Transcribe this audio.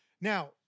Now